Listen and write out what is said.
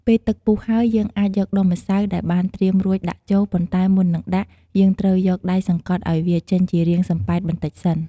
ពេលទឹកពុះហើយ យើងអាចយកដុំម្សៅដែលបានត្រៀមរួចដាក់ចូល ប៉ុន្តែមុននឹងដាក់ យើងត្រូវយកដៃសង្កត់ឲ្យវាចេញជារាងសំប៉ែតបន្តិចសិន។